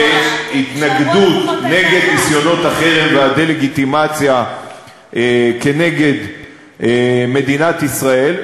להתנגדות לניסיונות החרם והדה-לגיטימציה כנגד מדינת ישראל.